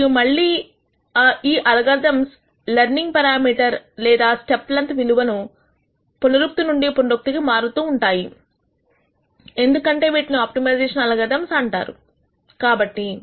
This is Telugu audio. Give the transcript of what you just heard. మరియు మళ్లీ ఈ ఆల్గోరిథమ్స్ లెర్నింగ్ పెరామీటర్ లేదా స్టెప్ లెన్త్ విలువలు పునరుక్తి నుండి పునరుక్తి కి మారుతూ ఉంటాయి ఎందుకంటే వీటిని ఆప్టిమైజేషన్ అల్గోరిథమ్స్ అంటారు కాబట్టి